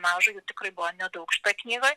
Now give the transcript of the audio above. maža jų tikrai buvo nedaug šitoj knygoj